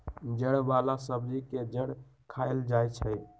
जड़ वाला सब्जी के जड़ खाएल जाई छई